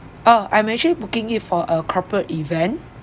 oh I'm actually booking it for a corporate event